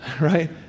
right